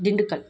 Dindigul